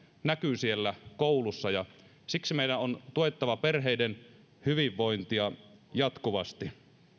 näkyy siellä koulussa ja siksi meidän on tuettava perheiden hyvinvointia jatkuvasti